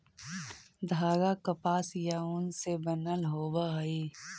धागा कपास या ऊन से बनल होवऽ हई